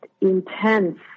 intense